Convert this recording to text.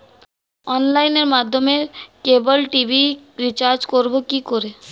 অনলাইনের মাধ্যমে cable TV recharge করব কি করে?